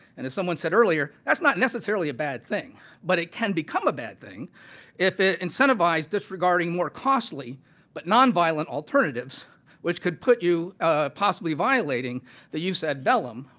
and as someone said earlier that's not necessarily a bad thing but it can become a bad thing if it incentivizes disregarding more costly but not violent alternatives which can put you possibly violating the use of bellum